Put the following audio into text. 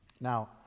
Now